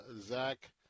zach